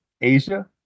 Asia